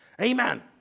Amen